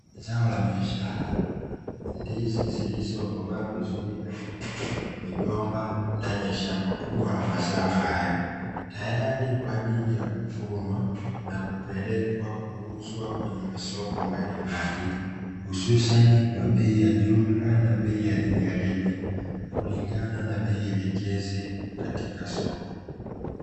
Zao la biashara, ndizi zilizokomaa vizuri katika migomba ndani ya shamba kubwa la mazao hayo, tayari kwa ajili ya kuvunwa na kupelekwa kuuzwa kwenye masoko mbalimbali hususani kwa bei ya jumla na bei ya reja reja kulingana na bei elekezi katika soko.